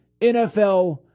NFL